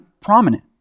prominent